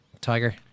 Tiger